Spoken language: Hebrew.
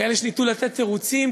וכאלה שניסו לתת תירוצים,